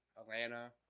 Atlanta